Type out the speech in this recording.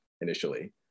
initially